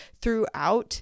throughout